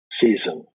season